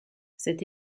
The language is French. cette